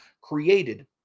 created